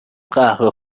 قهوه